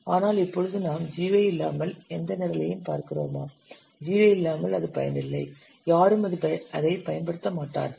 ஆனால் இப்பொழுது நாம் GUI இல்லாமல் எந்த நிரலையும் பார்க்கிறோமா GUI இல்லாமல் அது பயனில்லை யாரும் அதைப் பயன்படுத்த மாட்டார்கள்